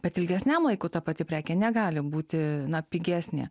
bet ilgesniam laikui ta pati prekė negali būti pigesnė